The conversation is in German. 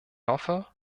hoffe